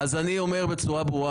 אני אומר בצורה ברורה,